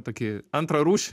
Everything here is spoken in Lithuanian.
tokį antrarūšį